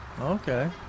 Okay